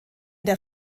der